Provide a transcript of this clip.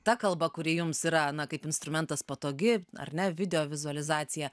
ta kalba kuri jums yra na kaip instrumentas patogi ar ne video vizualizacija